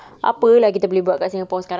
that's true